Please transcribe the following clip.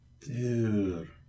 Dude